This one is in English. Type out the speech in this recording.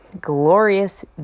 glorious